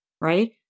right